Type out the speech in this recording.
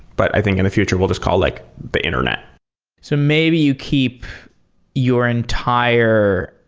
but i think in the future we'll just call like the internet so maybe you keep your entire